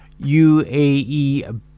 UAE